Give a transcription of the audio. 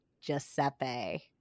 Giuseppe